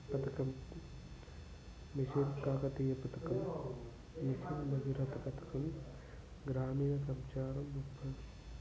పథకం మిషన్ కాకతీయ పథకం మిషన్ భగీరథ పథకం గ్రామీణ సంచారం ఒక్క